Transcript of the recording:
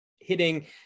hitting